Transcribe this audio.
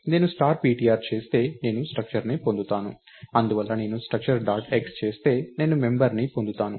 నేను star ptr చేస్తే నేను స్ట్రక్చర్ని పొందుతాను అందువల్ల నేను స్ట్రక్చర్ డాట్ x చేస్తే నేను మెంబర్ ని పొందుతాను